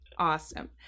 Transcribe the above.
Awesome